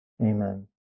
Amen